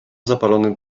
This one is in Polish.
zapalonym